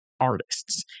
artists